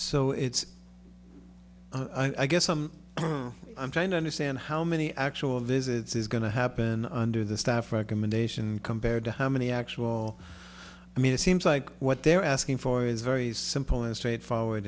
so it's i guess i'm i'm trying to understand how many actual business is going to happen under the staff recommendation compared to how many actual i mean it seems like what they're asking for is very simple and straightforward